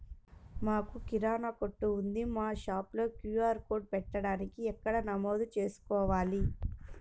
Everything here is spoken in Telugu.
మాకు కిరాణా కొట్టు ఉంది మా షాప్లో క్యూ.ఆర్ కోడ్ పెట్టడానికి ఎక్కడ నమోదు చేసుకోవాలీ?